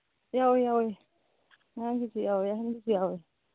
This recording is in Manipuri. ꯌꯥꯎꯋꯦ ꯌꯥꯎꯋꯦ ꯑꯉꯥꯡꯒꯤꯁꯨ ꯌꯥꯎꯋꯦ ꯑꯍꯟꯒꯤꯁꯨ ꯌꯥꯎꯋꯦ